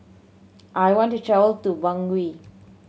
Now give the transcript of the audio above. I want to travel to Bangui